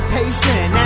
patient